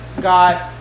got